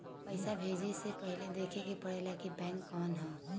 पइसा भेजे से पहिले देखे के पड़ेला कि बैंक कउन ह